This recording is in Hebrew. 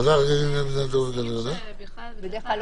כיוון שאז המשמעות היא תחלואה,